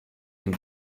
ihm